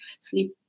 sleep